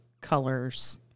colors